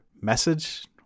message